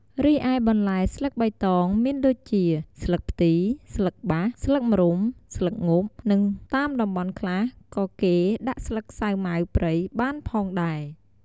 រីឯបន្លែស្លឹកបៃតងមានដូចជា ស្លឹកផ្ទី ស្លឹកបាស ស្លឹកម្រុំ ស្លឹកងប់ និងតាមតំបន់ខ្លះក៏គេដាក់ស្លឹកសាម៉ាវព្រៃបានផងដែរ។